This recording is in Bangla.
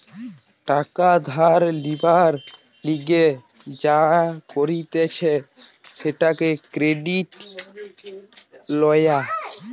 টাকা ধার লিবার লিগে যা করতিছে সেটা ক্রেডিট লওয়া